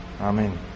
Amen